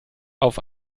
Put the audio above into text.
auf